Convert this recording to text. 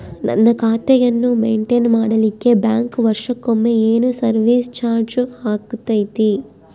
ನನ್ನ ಖಾತೆಯನ್ನು ಮೆಂಟೇನ್ ಮಾಡಿಲಿಕ್ಕೆ ಬ್ಯಾಂಕ್ ವರ್ಷಕೊಮ್ಮೆ ಏನು ಸರ್ವೇಸ್ ಚಾರ್ಜು ಹಾಕತೈತಿ?